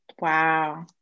Wow